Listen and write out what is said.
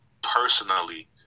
Personally